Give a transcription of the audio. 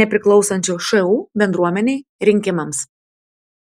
nepriklausančių šu bendruomenei rinkimams